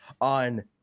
on